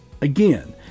Again